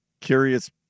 curious